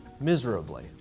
miserably